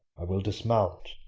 i will dismount,